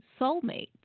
soulmates